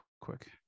quick